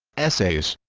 essays